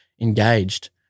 engaged